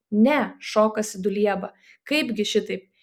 ne šokasi dulieba kaipgi šitaip